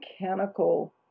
mechanical